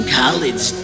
college